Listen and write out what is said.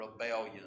rebellion